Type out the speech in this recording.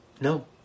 No